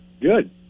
Good